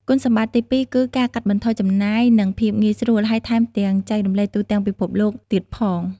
គុណសម្បត្តិទីពីរគឺ ការកាត់បន្ថយចំណាយនិងភាពងាយស្រួល ហើយថែមទាំងចែករំលែកទូទាំងពិភពលោកទៀតផង។